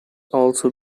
also